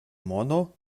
mono